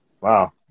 Wow